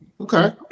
Okay